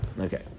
Okay